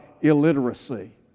illiteracy